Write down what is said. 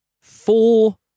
four